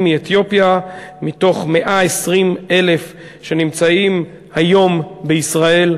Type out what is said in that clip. מאתיופיה מתוך 120,000 שנמצאים היום בישראל,